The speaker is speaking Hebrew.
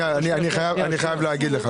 אני חייב להבהיר.